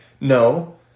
no